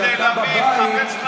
כשאתה בבית,